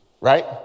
Right